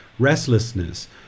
restlessness